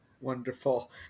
Wonderful